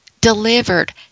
delivered